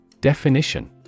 Definition